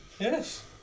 yes